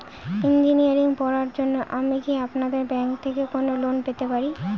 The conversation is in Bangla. ইঞ্জিনিয়ারিং পড়ার জন্য আমি কি আপনাদের ব্যাঙ্ক থেকে কোন লোন পেতে পারি?